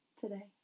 today